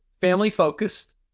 family-focused